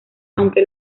aunque